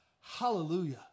Hallelujah